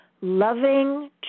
loving